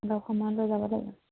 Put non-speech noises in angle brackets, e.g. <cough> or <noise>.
<unintelligible>